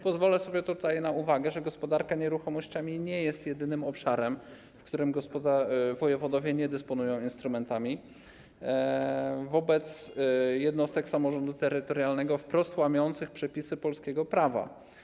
Pozwolę sobie tutaj na uwagę, że gospodarka nieruchomościami nie jest jedynym obszarem, w którym wojewodowie nie dysponują instrumentami wobec jednostek samorządu terytorialnego wprost łamiących przepisy polskiego prawa.